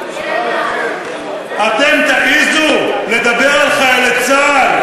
אתם תעזו לדבר על חיילי צה"ל?